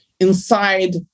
inside